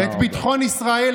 את ביטחון ישראל,